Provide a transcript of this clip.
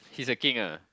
he's a king ah